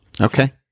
Okay